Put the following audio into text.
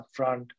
upfront